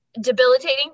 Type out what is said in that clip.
debilitating